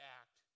act